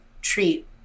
treat